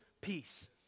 peace